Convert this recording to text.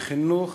וחינוך,